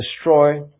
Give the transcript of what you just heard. destroy